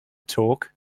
talk